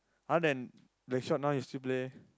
other than Blackshot now you still play